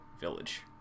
village